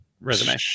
resume